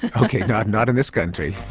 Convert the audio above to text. and okay, not not in this country.